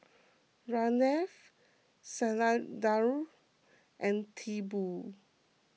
Ramnath Satyendra and Tipu